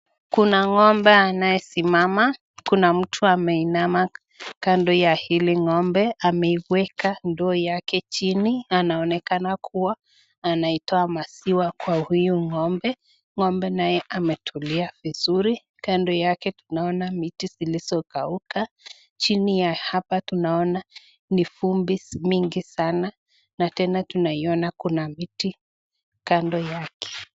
Kuna ng'ombe anayesimama, kuna mtu ameinama kando ya hili ng'ombe, ameiweka ndoo yake chini. Anaonekana kuwa ainatoa maziwa kwa huyu ng'ombe. Ng'ombe nae ametulia vizuri. Kando yake tunaona miti zilizo kauka, chini ya hapa tunaona ni vumbi mingi sana na tena tunaiona kuna miti kando yake.